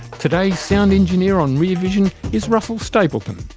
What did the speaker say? today's sound engineer on rear vision is russell stapleton.